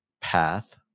path